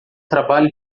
trabalho